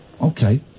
Okay